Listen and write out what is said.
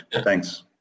Thanks